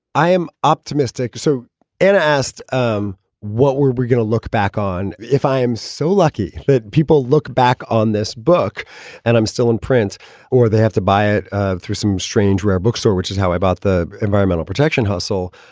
i am optimistic. so i and asked um what we're we're going to look back on if i am so lucky that people look back on this book and i'm still in print or they have to buy it ah through some strange, rare bookstore, which is how about the environmental protection hustle?